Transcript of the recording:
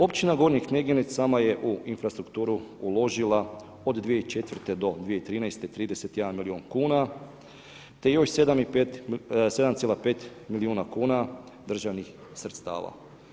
Općina Gornji Kneginec sama je u infrastrukturu uložila od 2004. do 2013. 31 milijun kuna te još 7,5 milijuna kuna državnih sredstava.